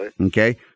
Okay